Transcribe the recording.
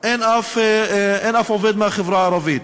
אין אף עובד מהחברה הערבית,